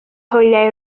hwyliau